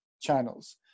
channels